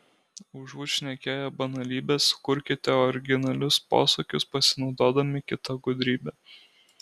užuot šnekėję banalybes kurkite originalius posakius pasinaudodami kita gudrybe